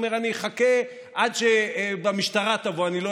הוא אומר: אני אחכה עד שהמשטרה תבוא,